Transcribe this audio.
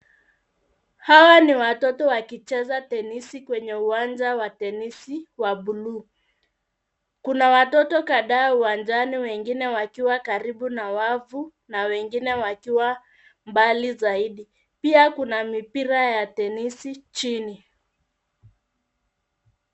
Hawa ni watoto wakicheza tenisi kwenye uwanja wa tenisi wa blue . Kuna watoto kadhaa uwanjani wengine wakiwa karibu na wavu na wengine wakiwa mbali zaidi. Pia kuna mipira ya tenisi chini.